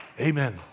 Amen